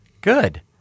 Good